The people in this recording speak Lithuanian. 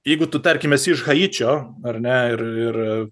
jeigu tu tarkim esi iš haičio ar ne ir ir